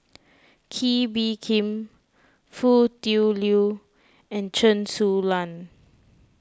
Kee Bee Khim Foo Tui Liew and Chen Su Lan